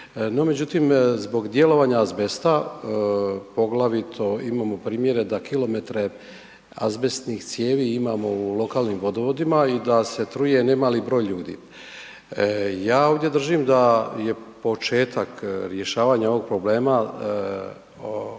međutim, zbog djelovanja azbesta poglavito imamo primjere da kilometre azbestnih cijevi imamo u lokalnim vodovodima i da se truje nemali broj ljudi. Ja ovdje držim da je početak rješavanja ovog problema